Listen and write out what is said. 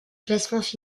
classement